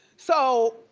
so,